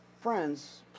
friends